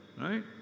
right